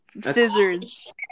Scissors